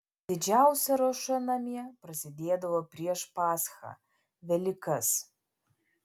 didžiausia ruoša namie prasidėdavo prieš paschą velykas